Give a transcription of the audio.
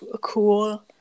cool